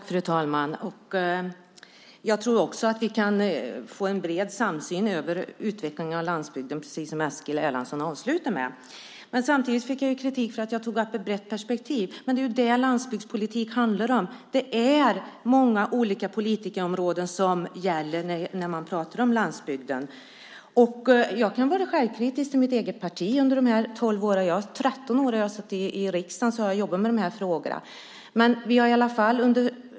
Fru talman! Också jag tror att vi kan få en bred samsyn kring utvecklingen av landsbygden, precis som Eskil Erlandsson avslutade sitt senaste inlägg med att säga. Samtidigt fick jag kritik för det breda perspektivet. Men det är ju det som landsbygdspolitik handlar om. Det gäller många olika politikområden när vi pratar om landsbygden. Jag kan vara självkritisk och kritisk mot mitt eget parti. Under mina 13 år i riksdagen har jag jobbat med landsbygdsfrågor.